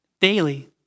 daily